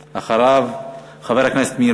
אחריו, חבר הכנסת מאיר